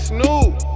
Snoop